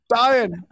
dying